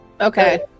Okay